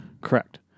Correct